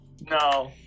No